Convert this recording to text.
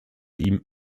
ihm